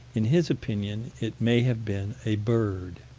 in his opinion, it may have been a bird.